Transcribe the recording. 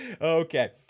Okay